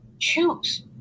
choose